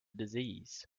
disease